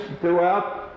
throughout